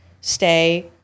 stay